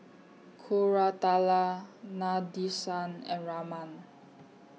Koratala Nadesan and Raman